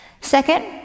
Second